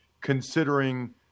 considering